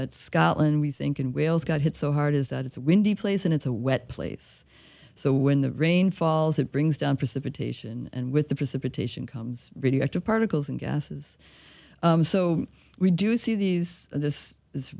that scotland we think in wales got hit so hard is that it's windy place and it's a wet place so when the rain falls it brings down precipitation and with the precipitation comes radioactive particles and gases so we do see these this ris